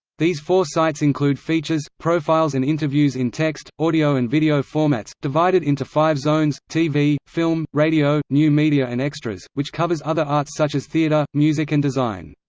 these four sites include features, profiles and interviews in text, audio and video formats, divided into five zones tv, film, radio, new media and extras, which covers other arts such as theatre, music and design.